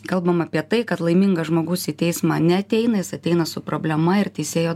kalbam apie tai kad laimingas žmogus į teismą neateina jis ateina su problema ir teisėjo